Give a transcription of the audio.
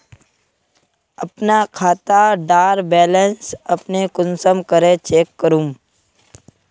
अपना खाता डार बैलेंस अपने कुंसम करे चेक करूम?